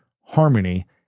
harmony